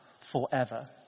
forever